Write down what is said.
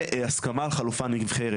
והסכמה על חלופה נבחרת,